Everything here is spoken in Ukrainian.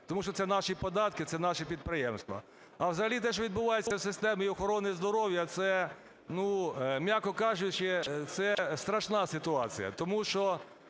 тому що це наші податки, це наші підприємства. А взагалі те, що відбувається в системі охорони здоров'я, – це, м’яко кажучи, це страшна ситуація.